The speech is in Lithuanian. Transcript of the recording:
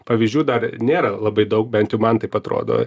pavyzdžių dar nėra labai daug bent jau man taip atrodo